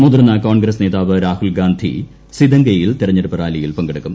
മുതിർന്ന കോൺഗ്രസ് നേതാവ് രാഹുൽ ഗാന്ധി സിംദെഗയിൽ തെരഞ്ഞെടുപ്പ് റാലിയിൽ പങ്കെടുക്കും